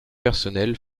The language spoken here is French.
personnel